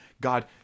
God